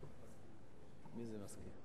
מי זה מסכים?